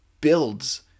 builds